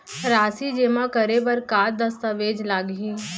राशि जेमा करे बर का दस्तावेज लागही?